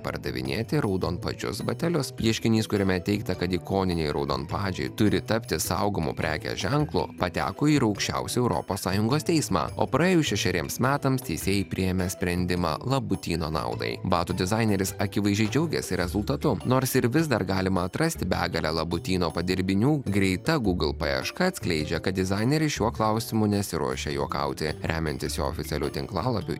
pardavinėti raudonpadžius batelius ieškinys kuriame teigta kad ikoniniai raudonpadžiai turi tapti saugomu prekės ženklu pateko ir į aukščiausią europos sąjungos teismą o praėjus šešeriems metams teisėjai priėmė sprendimą labutyno naudai batų dizaineris akivaizdžiai džiaugėsi rezultatu nors vis dar galima atrasti begalę labutyno padirbinių greita google paieška atskleidžia kad dizaineris šiuo klausimu nesiruošia juokauti remiantis jo oficialiu tinklalapiu